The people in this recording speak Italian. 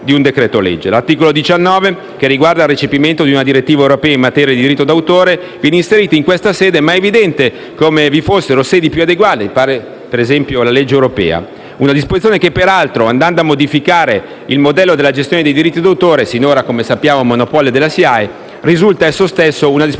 L'articolo 19, che riguarda il recepimento di una direttiva europea in materia di diritto d'autore, viene inserita in questa sede, ma è evidente come vi fossero sedi più adeguate, quali ad esempio la legge europea. Una disposizione che, peraltro, andando a modificare il modello della gestione dei diritti d'autore (sinora monopolio della SIAE), risulta esso stessa una disposizione